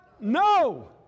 No